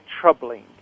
troubling